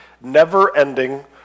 never-ending